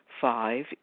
Five